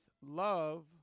love